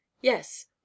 Yes